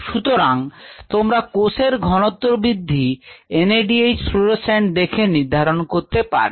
সুতরাং তোমরা কোষের ঘনত্ব বৃদ্ধি NADH ফ্লুরোসেন্ট দেখে নির্ধারণ করতে পারবে